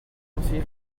conseil